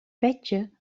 petje